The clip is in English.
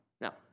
Now